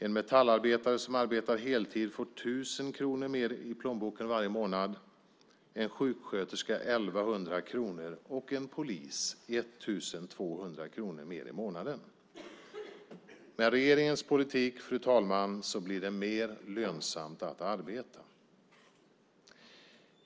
En metallarbetare som arbetar heltid får 1 000 kronor mer i plånboken varje månad, en sjuksköterska 1 100 kronor och en polis 1 200 kronor mer i månaden. Fru talman! Med regeringens politik blir det mer lönsamt att arbeta.